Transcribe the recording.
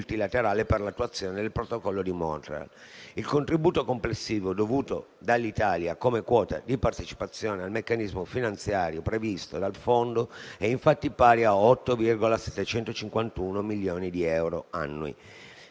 Il contributo complessivo dovuto dall'Italia come quota di partecipazione al meccanismo finanziario previsto dal Fondo è infatti pari a 8,751 milioni di euro annui.